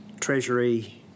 Treasury